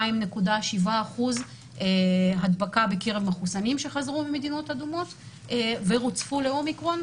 כ-2.7% הדבקה בקרב מחוסנים שחזרו ממדינות אדומות ורוצפו לאומיקרון,